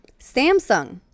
Samsung